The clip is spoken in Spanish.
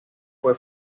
fue